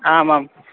आमाम्